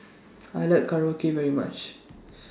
I like Korokke very much